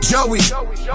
Joey